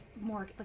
more